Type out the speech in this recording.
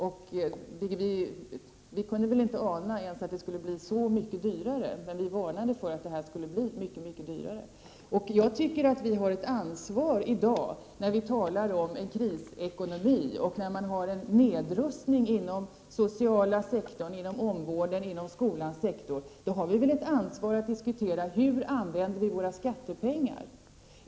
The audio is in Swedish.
Vi kunde inte ana att det skulle bli så mycket dyrare, men vi varnade för att projektet skulle bli mycket dyrare än man sade. Jag tycker att vi har ett ansvar i dag, när vi talar om krisekonomi och gör nedrustningar inom den sociala sektorn, inom omvårdnaden och inom skolans sektor, att diskutera hur vi använder våra skattepengar.